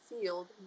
field